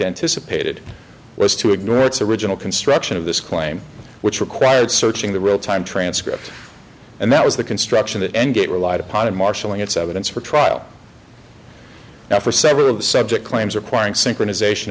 anticipated was to ignore its original construction of this claim which required searching the real time transcript and that was the construction that engage relied upon and marshalling its evidence for trial now for several of the subject claims requiring synchronization